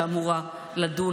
שאמורה לדון,